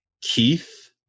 Keith